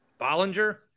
Bollinger